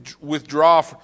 withdraw